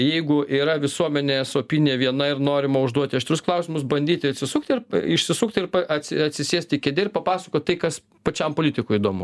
jeigu yra visuomenės opinija viena ir norima užduoti aštrius klausimus bandyti atsisukt ir išsisukt ir atsi atsisėsti kėdėj ir papasakot tai kas pačiam politiku įdomu